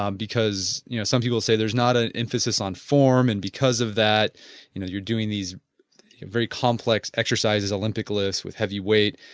um because you know some people say there is not a emphasis on form and because of that you know you're doing these very complex exercises, olympic lifts with heavyweights,